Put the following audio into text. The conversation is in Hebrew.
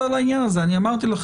אני באמת יהיה עשיר